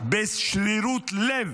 בשרירות לב,